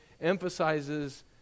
emphasizes